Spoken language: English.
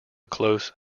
close